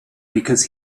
because